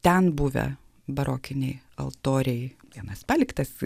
ten buvę barokiniai altoriai vienas paliktas